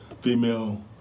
female